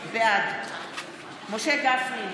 בעד משה גפני,